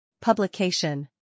Publication